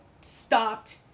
stopped